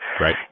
Right